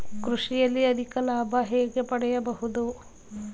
ಕೃಷಿಯಲ್ಲಿ ಅಧಿಕ ಲಾಭ ಹೇಗೆ ಪಡೆಯಬಹುದು?